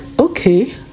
okay